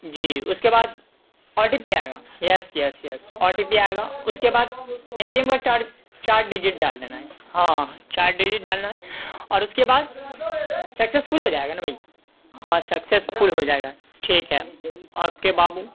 جی اس کے بعد او ٹی پی آئے گا yes yes yes O T P آئے گا اس کے بعد اے ٹی ایم کا چار چار ڈیجٹ ڈال دینا ہے ہاں چار ڈجٹ ڈالنا ہے اور اس کے بعد سکسیسفل ہو جائے گا نا بھائی ہاں سکسیسفل ہو جائے گا ٹھیک ہے اوکے بابو